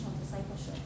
discipleship